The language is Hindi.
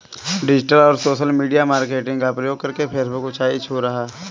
डिजिटल और सोशल मीडिया मार्केटिंग का प्रयोग करके फेसबुक ऊंचाई छू रहा है